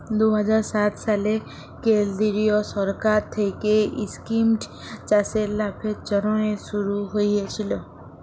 দু হাজার সাত সালে কেলদিরিয় সরকার থ্যাইকে ইস্কিমট চাষের লাভের জ্যনহে শুরু হইয়েছিল